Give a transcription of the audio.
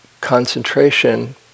concentration